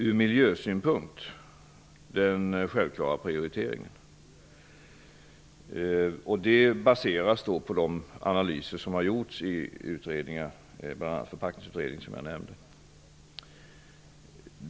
Från miljösynpunkt är detta den självklara prioriteringen, vilket baseras på de analyser som har gjorts i utredningar - bl.a. Förpackningsutredningen, som jag nämnde.